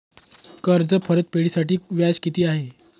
कर्ज परतफेडीसाठी व्याज किती आहे?